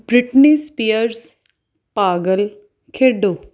Britney Spears ਪਾਗਲ ਖੇਡੋ